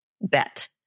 bet